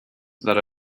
that